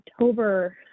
October